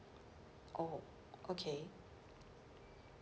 oh okay